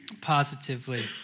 positively